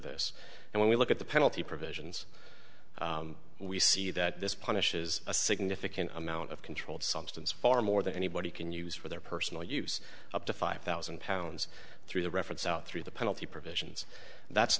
this and when we look at the penalty provisions we see that this punish is a significant amount of controlled substance far more than anybody can use for their personal use up to five thousand pounds through the reference out through the penalty provisions that's